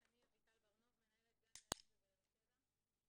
אני מנהלת גן ילדים בבאר שבע.